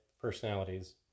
personalities